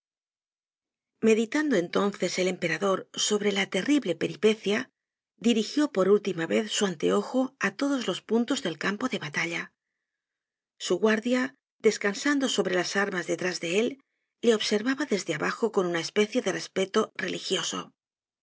meditando entonces el emperador sobre la terrible peripecia dirigió por última vez su anteojo á todos los puntos del campo de batalla su guardia descansando sobre las armas detrás de él le observaba desde abajo con una especie de respecto religioso